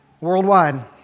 Worldwide